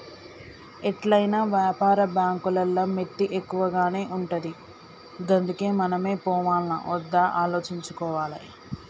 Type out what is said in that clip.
ఎట్లైనా వ్యాపార బాంకులల్ల మిత్తి ఎక్కువనే ఉంటది గందుకే మనమే పోవాల్నా ఒద్దా ఆలోచించుకోవాలె